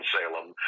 Salem